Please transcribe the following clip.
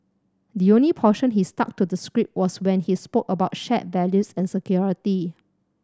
the only portion he stuck to the script was when he spoke about shared values and security